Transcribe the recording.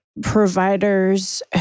Providers